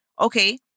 okay